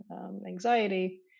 anxiety